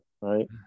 right